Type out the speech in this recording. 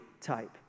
type